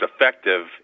effective